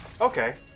Okay